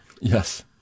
Yes